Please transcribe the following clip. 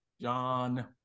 John